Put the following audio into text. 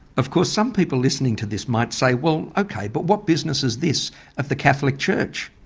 of course some people listening to this might say well okay but what business is this of the catholic church?